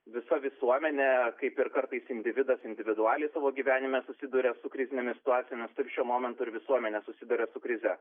visa visuomenė kaip ir kartais individas individualiai savo gyvenime susiduria su krizinėmis situacijomis taip šiuo momentu ir visuomenė susiduria su krize